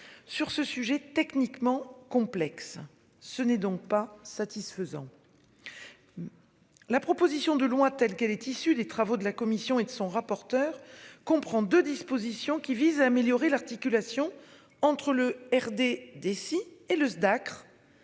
sur ce sujet, techniquement complexe. Ce n'est donc pas satisfaisant. La proposition de loi telle qu'elle est issue des travaux de la commission et de son rapporteur comprend de dispositions qui visent à améliorer l'articulation entre le RD des si et le Dacr.